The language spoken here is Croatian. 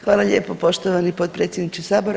Hvala lijepo poštovani potpredsjedniče sabora.